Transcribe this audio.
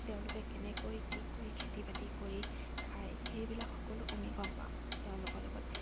তেওঁলোকে কেনেকৈ কি কৰি খেতি বাতি কৰি খায় সেইবিলাক সকলো আমি গম পাওঁ তেওঁলোকৰ লগত